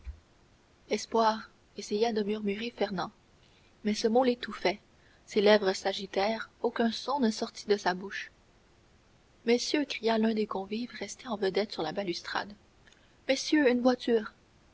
espoir essaya de murmurer fernand mais ce mot l'étouffait ses lèvres s'agitèrent aucun son ne sortit de sa bouche messieurs cria un des convives resté en vedette sur la balustrade messieurs une voiture